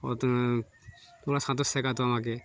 ও তো পুরো সাঁতার শেখাত আমাকে